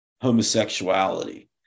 homosexuality